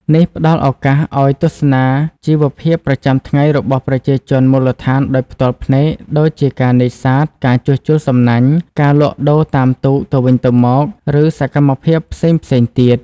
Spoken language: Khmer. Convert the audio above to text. នេះផ្ដល់ឱកាសឱ្យទស្សនាជីវភាពប្រចាំថ្ងៃរបស់ប្រជាជនមូលដ្ឋានដោយផ្ទាល់ភ្នែក ដូចជាការនេសាទ ការជួសជុលសំណាញ់ ការលក់ដូរតាមទូកទៅវិញទៅមក ឬសកម្មភាពផ្សេងៗទៀត។